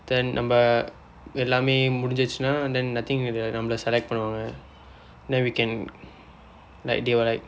then நம்ம எல்லாம் முடிந்ததுனால் :namma ellaam mudindthathunaal then I think நம்மல:nammala select பன்னுவார்கள்:pannuvaarkal then we can like they were like